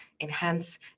enhance